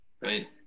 right